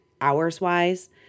hours-wise